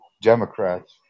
Democrats